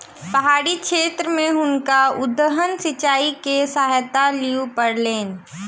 पहाड़ी क्षेत्र में हुनका उद्वहन सिचाई के सहायता लिअ पड़लैन